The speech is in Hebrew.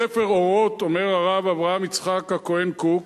בספר "אורות" אומר הרב אברהם יצחק הכהן קוק